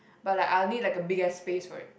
but like I'll need like a bigger space for it